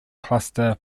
cluster